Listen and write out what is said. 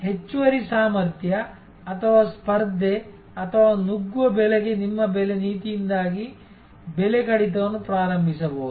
ಹೆಚ್ಚುವರಿ ಸಾಮರ್ಥ್ಯ ಅಥವಾ ಸ್ಪರ್ಧೆ ಅಥವಾ ನುಗ್ಗುವ ಬೆಲೆಗೆ ನಿಮ್ಮ ಬೆಲೆ ನೀತಿಯಿಂದಾಗಿ ಬೆಲೆ ಕಡಿತವನ್ನು ಪ್ರಾರಂಭಿಸಬಹುದು